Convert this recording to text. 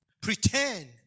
Pretend